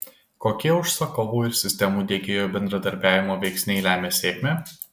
kokie užsakovo ir sistemų diegėjo bendradarbiavimo veiksniai lemia sėkmę